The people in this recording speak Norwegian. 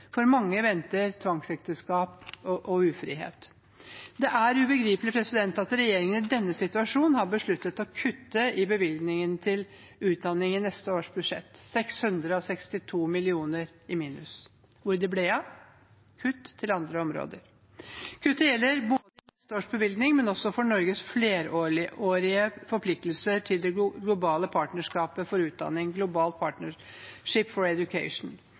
For mange venter tvangsekteskap og ufrihet. Det er ubegripelig at regjeringen i denne situasjonen har besluttet å kutte i bevilgningene til utdanning i neste års budsjett – 662 mill. kr i minus. Hvor ble de av? Det er kutt til andre områder. Kuttet gjelder både i neste års bevilgning og for Norges flerårige forpliktelser til det globale partnerskapet for utdanning, Global Partnership for Education,